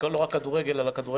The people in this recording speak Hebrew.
לא רק של כדורגל וכדורסל,